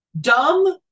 dumb